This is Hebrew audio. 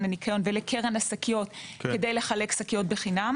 לקרן הניסיון ולקרן השקיות כדי לחלק שקית בחינם